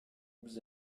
vous